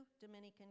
Dominican